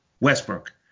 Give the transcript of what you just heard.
Westbrook